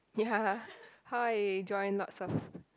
ya how I join lots of